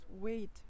wait